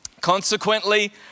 Consequently